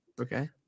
Okay